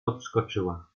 odskoczyła